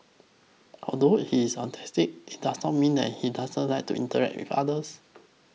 although he is autistic it does not mean that he doesn't like to interact with others